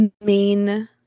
main